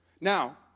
now